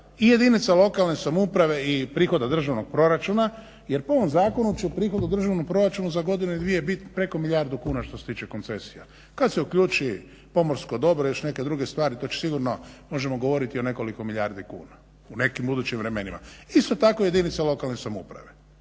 i jedinica lokalne samouprave i prihoda državnog proračuna jer po ovom zakonu će prihod u državnom proračunu za godinu, dvije biti preko milijardu kuna što se tiče koncesija. Kada se uključi pomorsko dobro i još neke druge stvari to će sigurno možemo govoriti o nekoliko milijardi kuna u nekim budućim vremenima. Isto tako i jedinice lokalne samouprave.